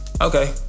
Okay